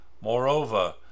Moreover